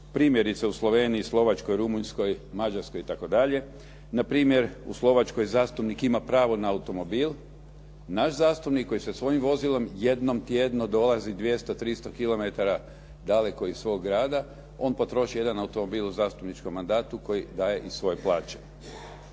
Primjerice, u Sloveniji, Slovačkoj, Rumunjskoj, Mađarskoj itd. Na primjer, u Slovačkoj zastupnik ima pravo na automobil. Naš zastupnik koji svojim vozilom jednom tjedno dolazi 200-300 kilometara iz svog grada on potroši jedan automobil u zastupničkom mandatu koji daje iz svoje plaće.